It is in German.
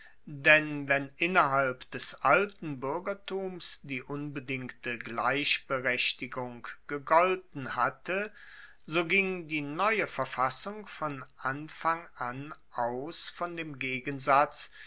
denn wenn innerhalb des alten buergertums die unbedingte gleichberechtigung gegolten hatte so ging die neue verfassung von anfang an aus von dem gegensatz